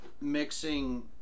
mixing